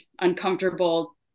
uncomfortable